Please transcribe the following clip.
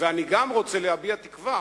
אני גם רוצה להביע תקווה